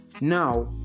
Now